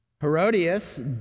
Herodias